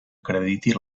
acrediti